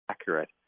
Accurate